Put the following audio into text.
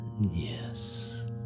Yes